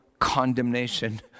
condemnation